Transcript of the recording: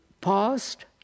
past